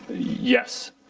yes.